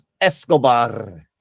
Escobar